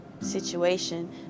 situation